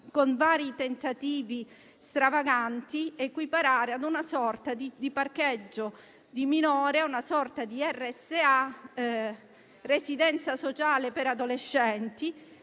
con vari tentativi stravaganti, la si vuole equiparare ad una sorta di parcheggio di minori, ad una sorta di residenza sociale per adolescenti,